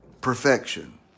perfection